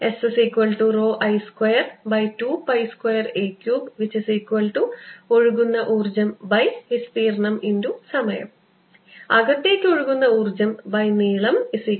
SI222a3ഒഴുകുന്ന ഊർജ്ജംവിസ്തീർണ്ണം X സമയം അകത്തേക്ക് ഒഴുകുന്ന ഊർജ്ജംനീളംS